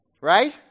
Right